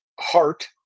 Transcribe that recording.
heart